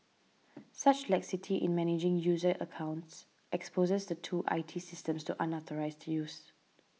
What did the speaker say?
such laxity in managing user accounts exposes the two I T systems to unauthorised used